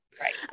Right